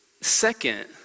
Second